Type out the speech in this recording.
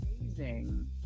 amazing